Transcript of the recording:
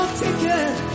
ticket